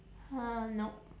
uh nope